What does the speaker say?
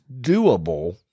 doable –